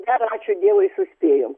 dar ačiū dievui suspėjom